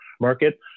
market